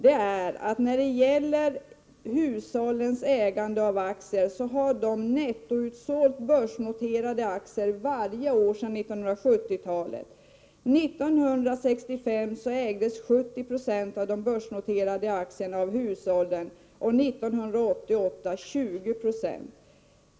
När det gäller hushållens ägande av aktier har en nettominskning av antalet ägda börsnoterade aktier skett genom försäljning varje år alltsedan 1970-talet. 1965 ägdes 70 96 av de börsnoterade aktierna av hushållen. 1988 var motsvarande andel 20 96.